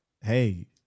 Hey